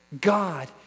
God